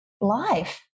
life